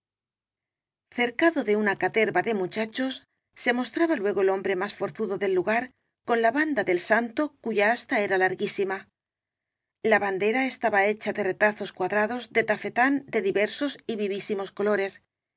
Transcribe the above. cercado de una caterva de muchachos se mos traba luego el hombre más forzudo del lugar con la bandera del santo cuya asta era larguísima la bandera estaba hecha de retazos cuadrados de tafe tán de diversos y vivísimos colores